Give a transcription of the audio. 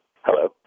hello